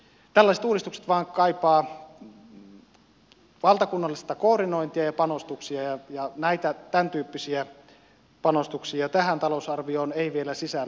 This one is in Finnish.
tällaiset uudistukset vain kaipaavat valtakunnallista koordinointia ja panostuksia ja tämäntyyppisiä panostuksia tähän talousarvioon ei vielä sisälly